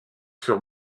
sur